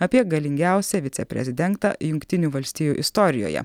apie galingiausią viceprezidengtą jungtinių valstijų istorijoje